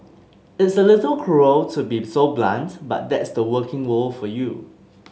it's a little cruel to be so blunt but that's the working world for you